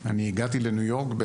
אני הגעתי לניו-יורק,